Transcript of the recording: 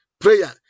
prayer